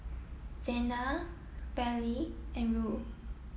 Zena Verlie and Ruel